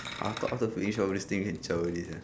after after finish all this things can chao already sia